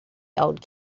old